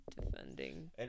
Defending